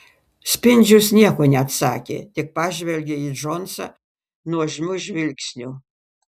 spindžius nieko neatsakė tik pažvelgė į džonsą nuožmiu žvilgsniu